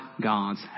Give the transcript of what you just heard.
God's